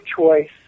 choice